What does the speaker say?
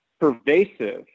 pervasive